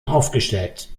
aufgestellt